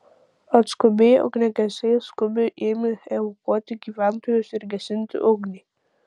atskubėję ugniagesiai skubiai ėmė evakuoti gyventojus ir gesinti ugnį